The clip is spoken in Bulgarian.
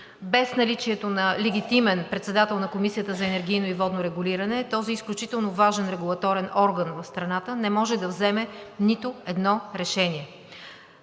Без наличието на легитимен председател на Комисията за енергийно и водно регулиране този изключително важен регулаторен орган в страната не може да вземе нито едно решение.